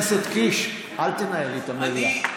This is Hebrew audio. אל תנהל לי את המליאה.